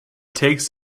takes